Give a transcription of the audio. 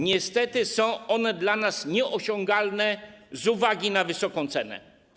Niestety są one dla nas nieosiągalne z uwagi na wysoką cenę.